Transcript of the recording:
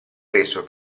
preso